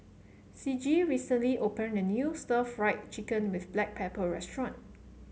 Ciji recently opened a new Stir Fried Chicken with Black Pepper restaurant